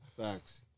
Facts